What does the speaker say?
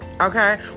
Okay